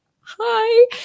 Hi